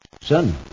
Son